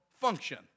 function